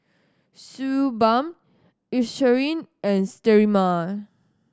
Suu Balm Eucerin and Sterimar